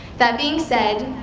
that being said,